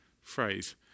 phrase